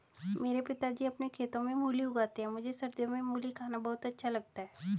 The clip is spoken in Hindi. मेरे पिताजी अपने खेतों में मूली उगाते हैं मुझे सर्दियों में मूली खाना बहुत अच्छा लगता है